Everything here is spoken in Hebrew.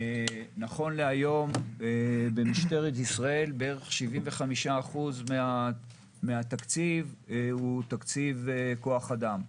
נכון להיום במשטרת ישראל בערך 75% מהתקציב הוא תקציב כוח אדם.